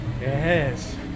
Yes